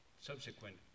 subsequent